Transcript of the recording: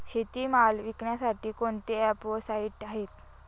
शेतीमाल विकण्यासाठी कोणते ॲप व साईट आहेत?